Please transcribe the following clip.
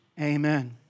amen